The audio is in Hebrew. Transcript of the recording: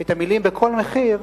את המלים "בכל מחיר",